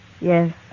Yes